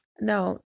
Now